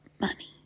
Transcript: money